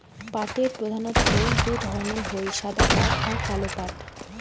পাটের প্রধানত্ব দু ধরণের হই সাদা পাট আর কালো পাট